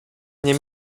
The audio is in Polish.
nie